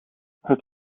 het